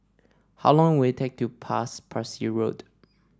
how long will it take to pass Parsi Road